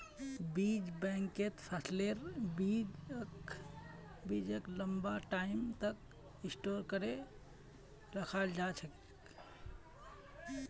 बीज बैंकत फसलेर बीजक लंबा टाइम तक स्टोर करे रखाल जा छेक